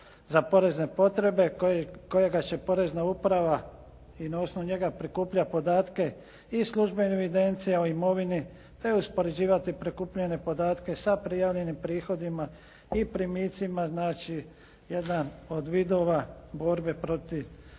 za porezne potrebe kojega će Porezna uprava i na osnovu njega prikuplja podatke i službene evidencije o imovini te uspoređivati prikupljene podatke sa prijavljenim prihodima i primicima, znači jedan od vidova borbe protiv